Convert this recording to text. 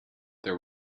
there